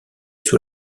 sous